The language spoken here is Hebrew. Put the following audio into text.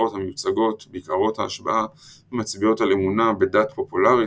הנוסחאות המיוצגות בקערות ההשבעה מצביעות על אמונה בדת פופולרית